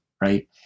Right